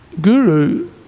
guru